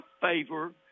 favor